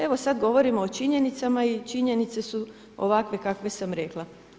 Evo sad govorimo o činjenicama i činjenice su ovakve kakve sam rekla.